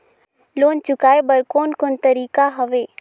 Loan चुकाए बर कोन कोन तरीका हवे?